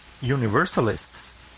universalists